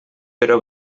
però